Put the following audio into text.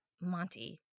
Monty